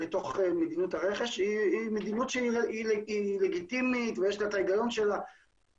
מדיניות הרכש היא מדיניות שהיא לגיטימית ויש לה את ההיגיון שלה,